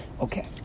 Okay